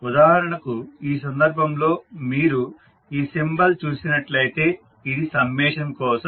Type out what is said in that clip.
ఉదాహరణకు ఈ సందర్భంలో మీరు ఈ సింబల్ చూసినట్లయితే ఇది సమ్మేషన్లు కోసం